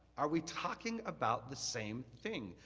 are we talking about the same thing?